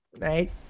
Right